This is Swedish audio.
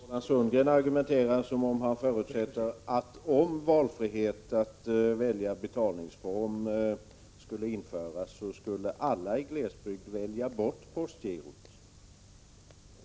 Herr talman! Roland Sundgren argumenterar som om han förutsätter att om valfrihet att välja betalningsform infördes, skulle alla i glesbygd välja bort postgirot.